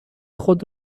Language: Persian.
خود